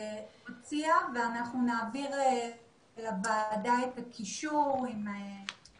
אגב, על ידי עמותת נגישות ישראל וארגונים